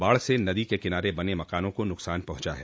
बाढ़ से नदी के किनारे बने मकानों को नुकसान पहुंचा है